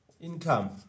income